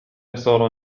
كسر